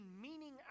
meaning